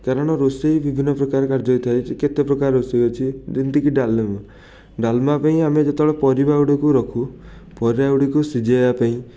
କାରଣ ରୋଷେଇ ବିଭିନ୍ନପ୍ରକାର କାର୍ଯ୍ୟ ହେଇଥାଏ ଯେ କେତେପ୍ରକାର ରୋଷେଇ ଅଛି ଯେମିତିକି ଡାଲମା ଡାଲମା ପାଇଁ ଆମେ ଯେତେବେଳେ ପରିବାଗୁଡ଼ିକୁ ରଖୁ ପରିବାଗୁଡ଼ିକୁ ସିଝେଇବା ପାଇଁ